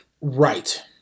Right